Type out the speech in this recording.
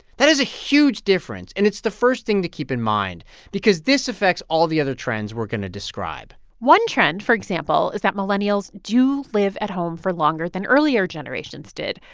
that is a huge difference, and it's the first thing to keep in mind because this affects all the other trends we're going to describe one trend, for example, is that millennials do live at home for longer than earlier generations did.